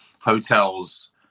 hotels